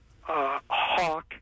hawk